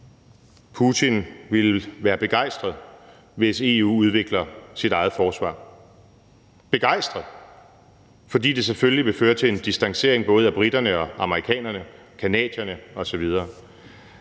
Putin ville være begejstret, hvis EU udvikler sit eget forsvar – begejstret, fordi det selvfølgelig vil føre til en distancering af både briterne, amerikanerne og canadierne osv.